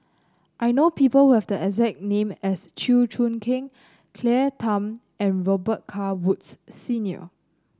I know people who have the exact name as Chew Choo Keng Claire Tham and Robet Carr Woods Senior